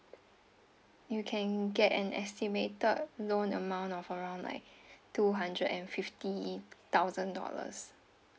you can get an estimated loan amount of around like two hundred and fifty thousand dollars